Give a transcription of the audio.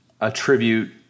attribute